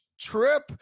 trip